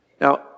Now